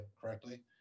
correctly